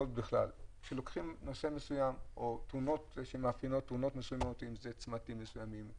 כשלוקחים נושא מסוים או תאונות מסוימות אם זה צמתים מסוימים,